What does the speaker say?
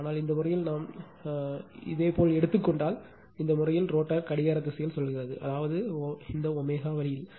ஆனால் இந்த விஷயத்தில் நாம் இதேபோல் எடுத்துக் கொண்டால் இந்த விஷயத்தில் ரோட்டர் கடிகார திசையில் சுழல்கிறது அதாவது இந்த ω வழியில்